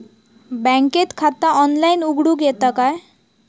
बँकेत खाता ऑनलाइन उघडूक येता काय?